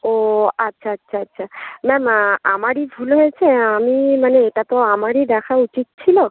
ও আচ্ছা আচ্ছা আচ্ছা ম্যাম আমারই ভুল হয়েছে আমি মানে এটা তো আমারই দেখা উচিত ছিলো